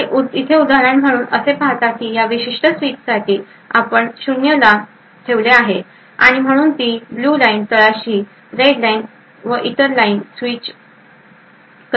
तर इकडे उदाहरण म्हणून आपण पाहता की या विशिष्ट स्विचसाठी आपण 0 ला ठेवले आहे आणि म्हणून ती ब्ल्यू लाईन तळाशी आणि रेड लाईन वर व इतर वर स्विच करते